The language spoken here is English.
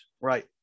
Right